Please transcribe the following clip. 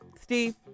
Steve